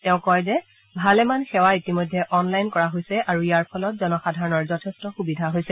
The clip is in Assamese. তেওঁ কয় যে ভালেমান সেৱা ইতিমধ্যে অন লাইন কৰা হৈছে আৰু ইয়াৰ ফলত জনসাধাৰণৰ যথেষ্ট সুবিধা হৈছে